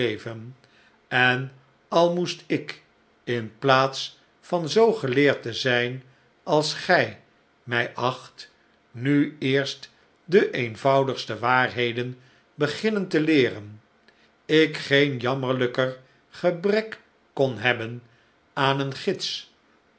en al moest ik in plaats van zoo geleerd te zljn als gij mij acbt nu eerst de eenvoudigste waarheden beginnen te leeren ik geen jammerlijker gebrek kon hebben aan een gids